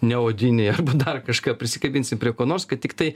ne odiniai arba dar kažką prisikabinsim prie ko nors kad tiktai